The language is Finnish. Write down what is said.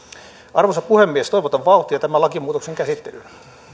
arvoisa puhemies toivotan vauhtia tämän lakimuutoksen käsittelyyn arvoisa